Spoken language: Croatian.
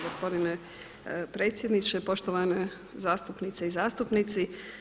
gospodine predsjedniče, poštovane zastupnice i zastupnici.